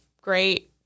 great